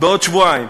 בעוד שבועיים.